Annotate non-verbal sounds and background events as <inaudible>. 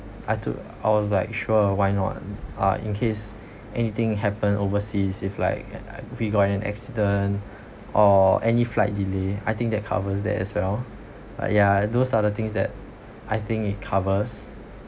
I took I was like sure why not uh in case anything happen overseas if like <noise> I we got an accident or any flight delay I think that covers that as well ah ya those are the things that I think it covers